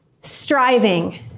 striving